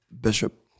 Bishop